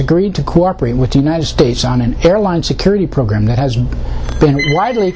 agreed to cooperate with the united states on an airline security program that has been widely